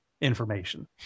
information